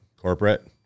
corporate